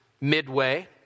midway